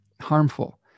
harmful